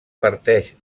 parteix